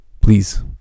Please